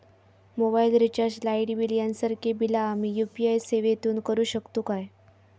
Mobile recharge, light bill यांसारखी बिला आम्ही यू.पी.आय सेवेतून करू शकतू काय?